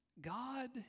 God